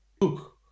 look